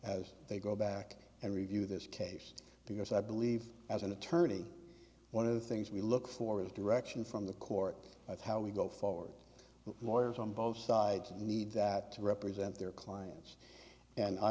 as they go back and review this case because i believe as an attorney one of the things we look for is direction from the court that's how we go forward lawyers on both sides and need that to represent their clients and i